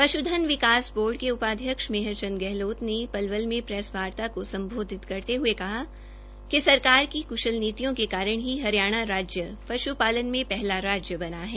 पश् विकास बोर्ड के उपाध्यक्ष मेहरचंद गहलोत ने पलवल में प्रेसवार्ता को सम्बोधित करते हये कहा है कि सरकार की कृश्ल नीतियों के कारण ही हरियाणा राज्य पशुपालन में पहला स्थान बना है